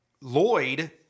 Lloyd